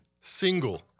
single